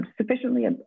sufficiently